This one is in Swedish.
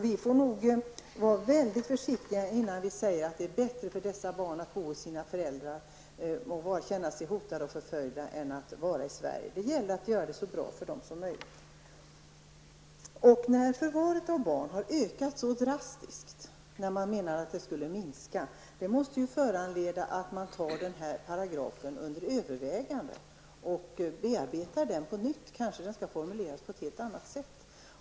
Vi måste nog vara väldigt försiktiga, innan vi säger att det är bättre för dessa barn att bo hos sina föräldrar och känna sig hotade och förföljda än att komma till Sverige. Det gäller att göra det så bra som möjligt för dessa barn. Att antalet barn som har tagits i förvar har ökat så drastiskt, fastän man menade att det skulle minska, måste föranleda att man tar denna paragraf under övervägande och söker formulera den på ett annat sätt.